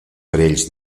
parells